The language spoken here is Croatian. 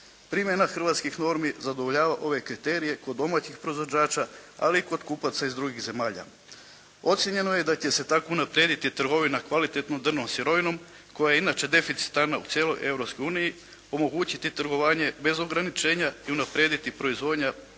Primjena hrvatskih normi zadovoljava ove kriterije kod domaćih proizvođača ali i kod kupaca iz drugih zemalja. Ocjenjeno je da će se tako unaprijediti trgovina kvalitetnom drvnom sirovinom koja je inače deficitarna u cijeloj Europskoj uniji, omogućiti trgovanje bez ograničenja i unaprijediti proizvode od drva